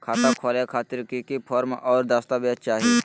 खाता खोले खातिर की की फॉर्म और दस्तावेज चाही?